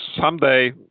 someday –